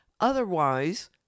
Otherwise